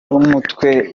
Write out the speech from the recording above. b’umutwe